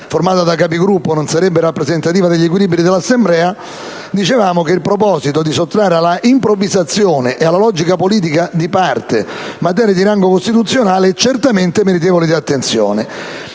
formata dai Capigruppo non sarebbe rappresentativa degli equilibri dell'Assemblea, il proposito di sottrarre all'improvvisazione e alla logica politica di parte materie di rango costituzionale certamente è meritevole di attenzione».